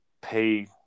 pay